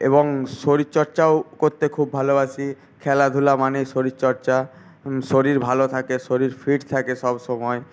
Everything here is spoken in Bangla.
এবং শরীর চর্চাও করতে খুব ভালোবাসি খেলাধুলো মানেই শরীরচর্চা শরীর ভালো থাকে শরীর ফিট থাকে সবসময়